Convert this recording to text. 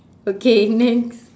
okay next